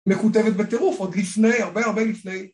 מכותבת בטירוף עוד לפני, הרבה הרבה לפני.